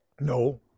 No